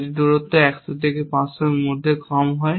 যদি দূরত্ব 100 এবং 500 এর মধ্যে কম হয়